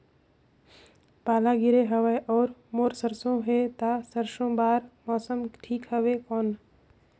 पाला गिरे हवय अउर मोर सरसो हे ता सरसो बार मौसम ठीक हवे कौन?